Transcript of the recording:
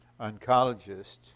oncologist